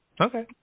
Okay